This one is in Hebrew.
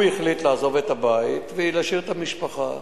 הוא החליט לעזוב את הבית ולהשאיר את המשפחה.